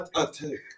attack